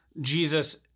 Jesus